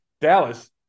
Dallas